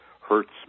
hurts